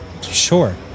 Sure